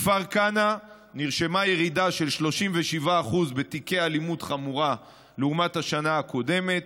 בכפר כנא נרשמה ירידה של 37% בתיקי אלימות חמורה לעומת השנה הקודמת,